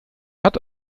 hat